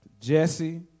Jesse